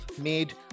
made